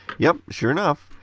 yeah, sure enough.